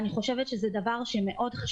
אני חושבת שזה דבר חשוב